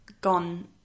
gone